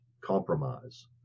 compromise